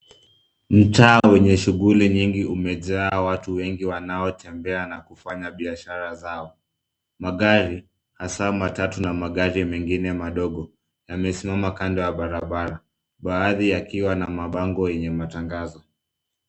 Mtaa wenye shughuli nyingi umejaa watu wengi, wanaotembea na kufanya biashara zao. Magari hasa matatu na magari mengine madogo, yamesimama kando ya barabara, baadhi yakiwa na mabango yenye matangazo.